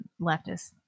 leftist